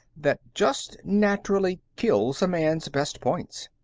that just naturally kills a man's best points.